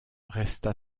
resta